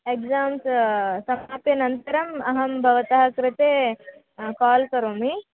exams समाप्य अनन्तरम् अहं भवतः कृते काल् करोमि